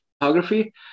photography